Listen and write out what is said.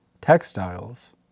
textiles